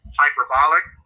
hyperbolic